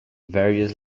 various